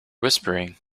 whispering